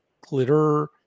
glitter